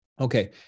Okay